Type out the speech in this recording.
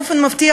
באופן מפתיע,